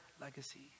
legacy